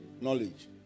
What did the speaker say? Knowledge